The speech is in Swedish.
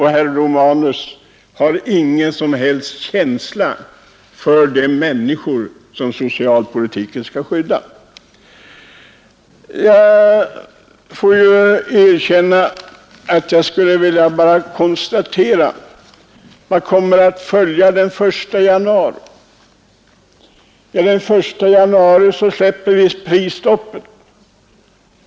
Herr Romanus har ingen som helst känsla för de människor som socialpolitiken skall skydda. Vad kommer att följa efter den 1 januari? Då släpper vi prisstoppet.